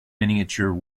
miniature